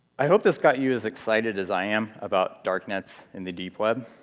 i hope this got you as excited as i am about darknets and the deepweb.